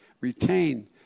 retain